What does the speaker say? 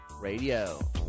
Radio